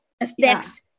affects